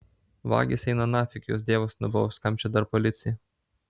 vagys eina nafig juos dievas nubaus kam čia dar policija